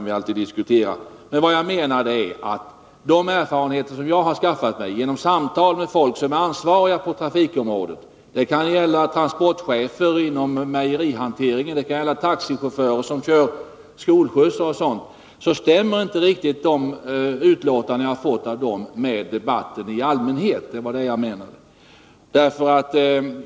Vad jag menade var att de erfarenheter som jag har skaffat mig genom samtal med människor som är ansvariga på olika trafikområden — transportchefer inom mejerihanteringen, taxichaufförer som kör skolskjutsar m.fl. — inte stämmer med debatten i allmänhet.